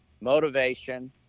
motivation